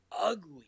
ugly